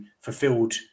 fulfilled